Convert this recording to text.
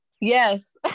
yes